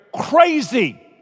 crazy